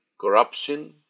corruption